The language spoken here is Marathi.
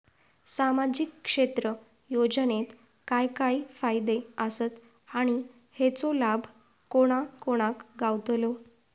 सामजिक क्षेत्र योजनेत काय काय फायदे आसत आणि हेचो लाभ कोणा कोणाक गावतलो?